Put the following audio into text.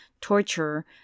torture